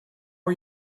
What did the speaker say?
are